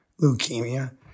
leukemia